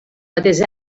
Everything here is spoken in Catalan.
mateix